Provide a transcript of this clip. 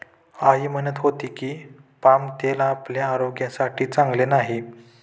आई म्हणत होती की, पाम तेल आपल्या आरोग्यासाठी चांगले नाही